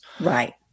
Right